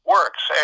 works